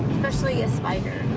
especially a spider.